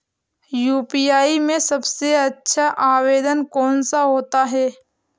UPI में सबसे अच्छा आवेदन कौन सा होता है?